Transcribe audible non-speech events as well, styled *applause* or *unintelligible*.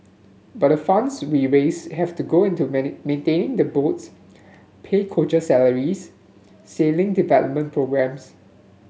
but the funds we raise have to go into *unintelligible* maintaining the boats pay coach salaries sailing developmental *unintelligible*